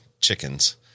chickens